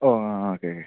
ഓ ആ okay okay